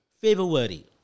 February